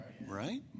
Right